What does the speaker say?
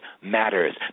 matters